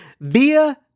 via